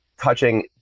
touching